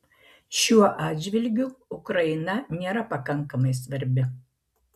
šiuo atžvilgiu ukraina nėra pakankamai svarbi